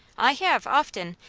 i have, often,